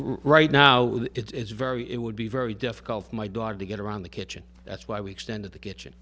right now it's very it would be very difficult my daughter to get around the kitchen that's why we extended the kitchen